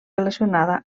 relacionada